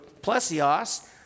Plesios